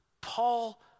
Paul